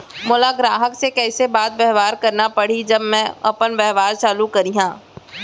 मोला ग्राहक से कइसे बात बेवहार करना पड़ही जब मैं अपन व्यापार चालू करिहा?